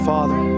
Father